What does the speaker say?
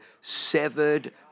severed